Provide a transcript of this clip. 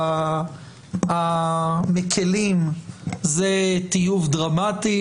לשיטת המקלים זה טיוב דרמטי,